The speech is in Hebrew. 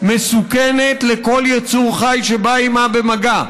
מסוכנת לכל יצור חי שבא עימה במגע.